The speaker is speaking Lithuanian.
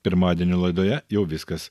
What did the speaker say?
pirmadienio laidoje jau viskas